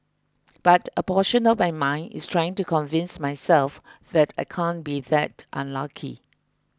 but a portion of my mind is trying to convince myself that I can't be that unlucky